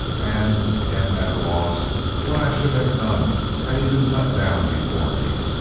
and am at a loss what i should have done had he been cut down before me.